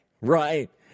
right